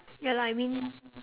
ya lah I mean